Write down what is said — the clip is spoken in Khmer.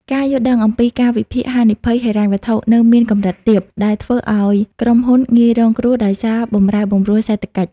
ការយល់ដឹងអំពី "ការវិភាគហានិភ័យហិរញ្ញវត្ថុ" នៅមានកម្រិតទាប ដែលធ្វើឱ្យក្រុមហ៊ុនងាយរងគ្រោះដោយសារបម្រែបម្រួលសេដ្ឋកិច្ច។